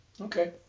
Okay